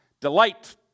delight